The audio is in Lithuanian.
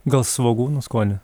gal svogūnų skonio